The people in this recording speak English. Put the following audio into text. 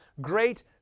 great